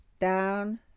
down